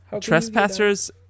Trespassers